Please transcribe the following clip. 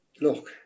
look